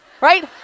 Right